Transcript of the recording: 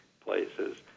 places